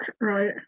right